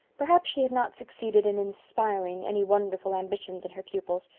perhaps she had not succeeded in inspiring any wonderful ambitions in her pupils,